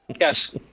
Yes